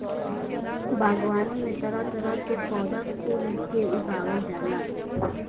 बागवानी में तरह तरह के पौधा कुल के उगावल जाला